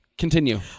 Continue